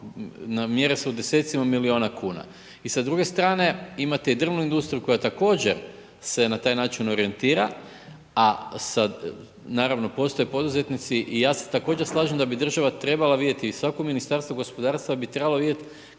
mjere se u desecima milijuna kuna. I sa druge strane imate i drvnu industriju koja također se na taj način orijentira a sa, naravno postoje i poduzetnici i ja se također slažem da bi država trebala vidjeti i svako Ministarstvo gospodarstva bi trebalo vidjeti